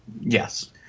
Yes